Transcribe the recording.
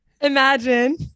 Imagine